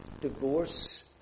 divorce